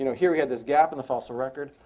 you know here we had this gap in the fossil record,